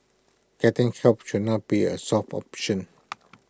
getting help should not be A soft option